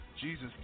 jesus